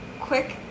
Quick